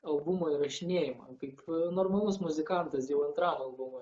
albumo įrašinėjimą kaip normalus muzikantas jau antram albumui